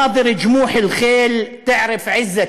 (אומר דברים בשפה הערבית,